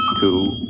two